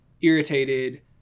irritated